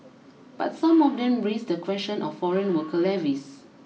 but some of them raise the question of foreign worker levies